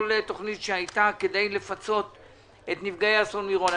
תכנית שהייתה כדי לפצות את נפגעי אסון מירון.